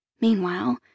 Meanwhile